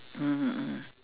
mmhmm mm